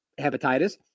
hepatitis